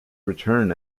return